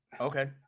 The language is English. Okay